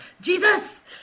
Jesus